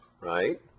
right